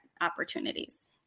opportunities